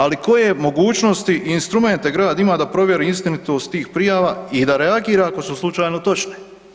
Ali koje mogućnosti i instrumente grad ima da provjeri istinitost tih prijava i da reagira ako su slučajno točne?